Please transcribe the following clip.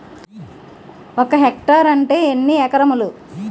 ఒక హెక్టార్ అంటే ఎన్ని ఏకరములు?